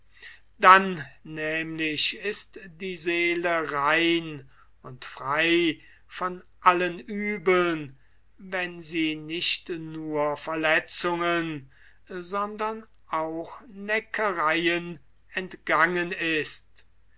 dann nämlich ist die seele rein und frei von allen uebeln wenn sie nicht nur verletzungen sondern auch neckereien entgangen ist